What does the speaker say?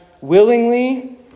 willingly